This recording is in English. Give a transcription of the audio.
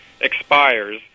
expires